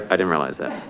ah i didn't realize that.